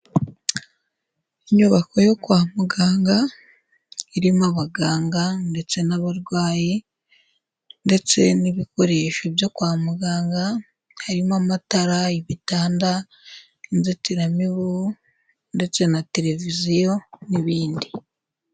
Inyubako yo kwa muganga, irimo abaganga ndetse n'abarwayi ndetse n'ibikoresho byo kwa muganga, harimo amatara, ibitanda, inzitiramibu ndetse na televiziyo n'ibindi.